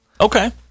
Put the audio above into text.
Okay